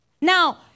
Now